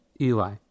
Eli